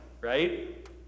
right